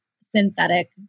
synthetic